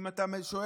אם אתה שואל,